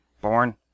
born